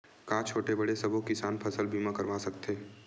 का छोटे बड़े सबो किसान फसल बीमा करवा सकथे?